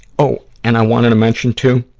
oh, and i wanted to mention, too.